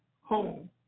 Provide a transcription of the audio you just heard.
home